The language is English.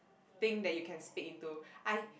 thing that you can speak into I